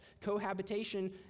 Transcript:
cohabitation